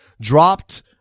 dropped